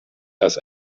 das